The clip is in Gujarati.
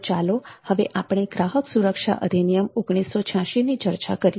તો ચાલો હવે આપણે ગ્રાહક સુરક્ષા અધિનિયમ ૧૯૮૬ ની ચર્ચા કરીએ